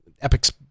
Epic's